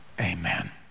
amen